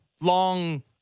long